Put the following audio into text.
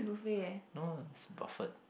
no ah it's Buffet